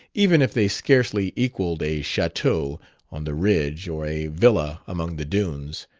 even if they scarcely equaled a chateau on the ridge or a villa among the dunes,